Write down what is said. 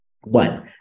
One